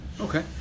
Okay